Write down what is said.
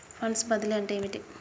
Funds బదిలీ అంటే ఏమిటి?